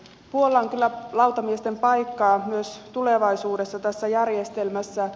puollan kyllä lautamiesten paikkaa myös tulevaisuudessa tässä järjestelmässä